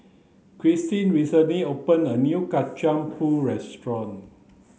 Christen recently opened a new kacang pool restaurant